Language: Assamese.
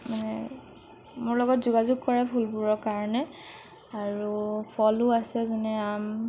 মানে মোৰ লগত যোগাযোগ কৰে ফুলবোৰৰ কাৰণে আৰু ফলো আছে যেনে আম